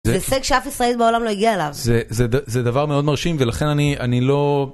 זה הישג שאף ישראלי בעולם לא הגיע אליו... זה, זה, זה דבר מאוד מרשים ולכן אני אני לא.